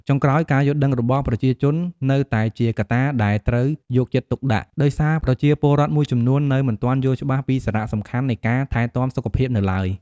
ចុងក្រោយ ការយល់ដឹងរបស់ប្រជាជន នៅតែជាកត្តាដែលត្រូវយកចិត្តទុកដាក់ ដោយសារប្រជាពលរដ្ឋមួយចំនួននៅមិនទាន់យល់ច្បាស់ពីសារៈសំខាន់នៃការថែទាំសុខភាពនៅឡើយ។